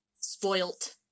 spoilt